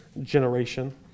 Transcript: generation